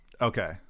Okay